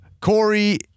Corey